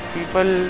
People